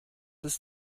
ist